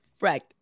Right